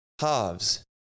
Halves